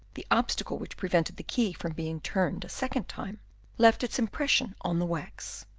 the obstacle which prevented the key from being turned a second time left its impression on the wax.